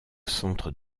centre